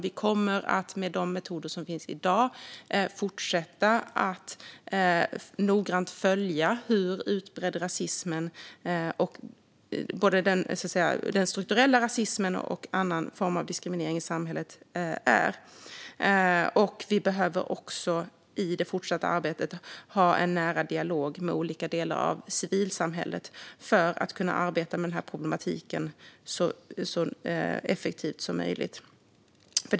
Vi kommer att med de metoder som finns i dag fortsätta att noggrant följa hur utbredd både den strukturella rasismen och annan form av diskriminering i samhället är. Vi behöver också i det fortsatta arbetet ha en nära dialog med olika delar av civilsamhället för att kunna arbeta så effektivt som möjligt med den här problematiken.